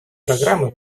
программы